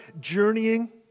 journeying